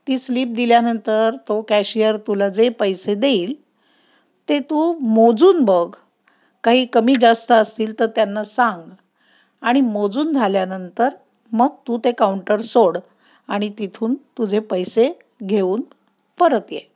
ती स्लिप दिल्यानंतर तो कॅशियर तुला जे पैसे देईल ते तू मोजून बघ काही कमी जास्त असतील तर त्यांना सांग आणि मोजून झाल्यानंतर मग तू ते काउंटर सोड आणि तिथून तुझे पैसे घेऊन परत ये